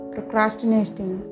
Procrastinating